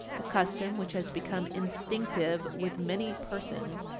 the custom, which has become instinctive with many persons,